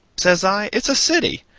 says i it's a city.